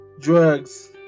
Drugs